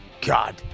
God